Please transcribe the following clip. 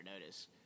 notice